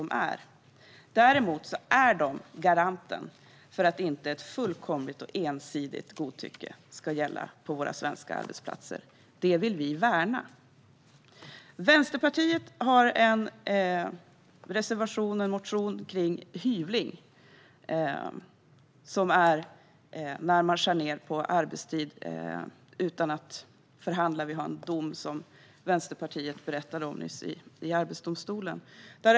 De är i stället en garant för att det inte ska råda ett fullkomligt och ensidigt godtycke på svenska arbetsplatser. Detta vill vi värna. Vänsterpartiet har en reservation om hyvling. Hyvling innebär att man skär ned på arbetstid utan föregående förhandling. Det finns en dom om detta från Arbetsdomstolen, vilket Vänsterpartiets företrädare nyss berättade om.